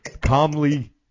calmly